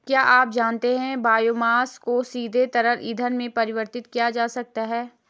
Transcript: क्या आप जानते है बायोमास को सीधे तरल ईंधन में परिवर्तित किया जा सकता है?